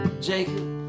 Jacob